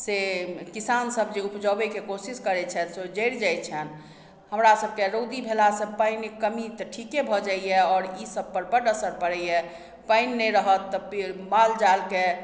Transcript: से किसानसभ जे उपजबैके कोशिश करैत छथि से ओ जड़ि जाइत छनि हमरासभके रउदी भेलासँ पानिके कमी तऽ ठीके भऽ जाइए आओर ईसभ पर बड असर पड़ैए पानि नहि रहत तऽ माल जाल के